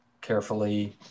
carefully